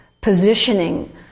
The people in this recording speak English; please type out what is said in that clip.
positioning